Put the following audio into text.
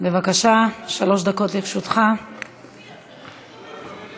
די עם הבלוף